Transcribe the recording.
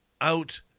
out